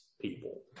people